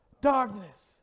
darkness